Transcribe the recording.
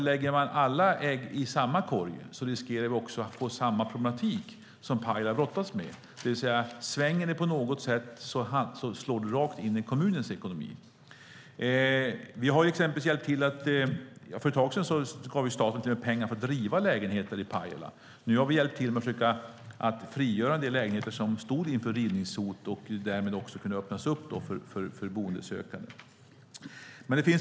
Lägger vi alla ägg i samma korg riskerar vi att få samma problematik som Pajala nu brottas med, det vill säga att när det svänger på något sätt slår det rakt in i kommunens ekonomi. För ett tag sedan gav staten faktiskt pengar för att riva lägenheter i Pajala. Nu har vi hjälpt till att försöka frigöra de lägenheter som stod inför rivningshot för att de ska kunna öppnas upp för boendesökande.